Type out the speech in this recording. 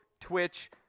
Twitch